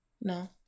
No